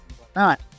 whatnot